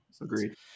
agreed